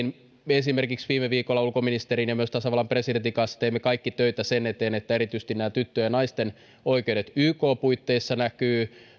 esimerkiksi viime viikolla ulkoministerin ja tasavallan presidentin kanssa teimme töitä sen eteen että erityisesti tyttöjen ja naisten oikeudet ykn puitteissa näkyvät